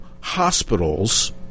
hospitals